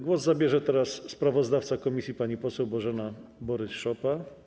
Głos zabierze teraz sprawozdawca komisji pani poseł Bożena Borys-Szopa.